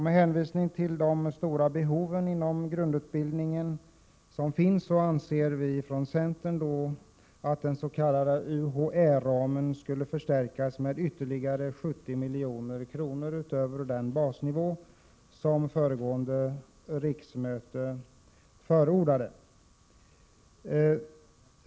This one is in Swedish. Med hänvisning till de stora behov som finns inom grundutbildningen anser vi från centern att den s.k. UHÄ-ramen skall förstärkas med 70 milj.kr. utöver den basnivå som föregående riksmöte förordade.